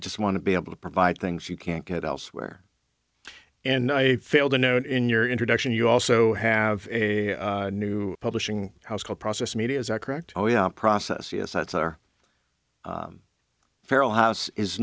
just want to be able to provide things you can't get elsewhere in a failed unknown in your introduction you also have a new publishing house called process media is that correct oh ya process yes that's our feral house is